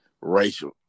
racial